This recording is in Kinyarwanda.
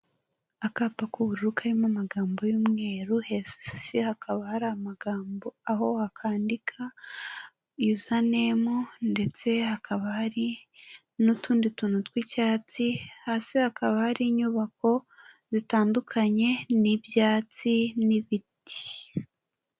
Akapa k'ubururu karimo amagambo y'umweru, hasi hakaba hari amagambo aho wakandika yuzanemu. Ndetse hakaba hari n'utundi tuntu tw'icyatsi. Hasi hakaba hari inyubako zitandukanye, n'ibyatsi, n'ibiti.